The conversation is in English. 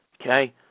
Okay